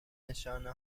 نشانه